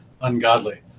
ungodly